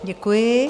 Děkuji.